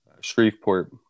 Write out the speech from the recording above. Shreveport